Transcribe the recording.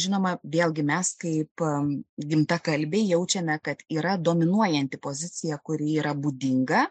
žinoma vėlgi mes kaip gimtakalbiai jaučiame kad yra dominuojanti pozicija kuri yra būdinga